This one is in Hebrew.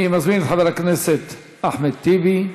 אני מזמין את חבר הכנסת אחמד טיבי,